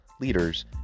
leaders